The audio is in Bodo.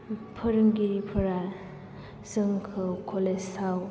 फोरोंगिरिफोरा जोंखौ कलेज आव